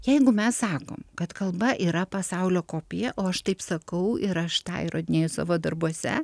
jeigu mes sakom kad kalba yra pasaulio kopija o aš taip sakau ir aš tą įrodinėju savo darbuose